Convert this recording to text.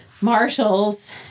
Marshall's